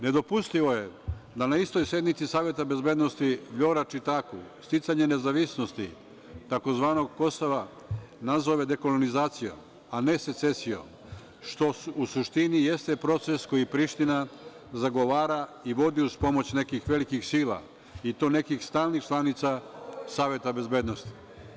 Nedopustivo je da na istoj sednici Saveta bezbednosti Fjora Čitaku sticanje nezavisnosti tzv. Kosova nazove dekolonizacija, a ne secesijo, što u suštini jeste proces koji Priština zagovara i vodi uz pomoć nekih velikih sila i to nekih stalnih članica Saveta bezbednosti.